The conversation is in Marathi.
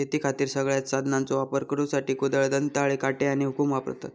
शेतीखातीर सगळ्यांत साधनांचो वापर करुसाठी कुदळ, दंताळे, काटे आणि हुकुम वापरतत